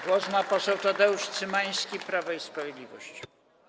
Głos ma poseł Tadeusz Cymański, Prawo i Sprawiedliwość.